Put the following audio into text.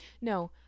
no